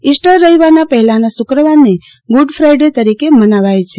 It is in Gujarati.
ઇસ્ટર રવિવારના પહેલાના શુક્રવારને ગુડ ફાઈડે તરીકે મનાવાય છે